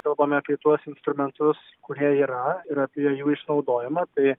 kalbame apie tuos instrumentus kurie yra ir apie jų išnaudojimą tai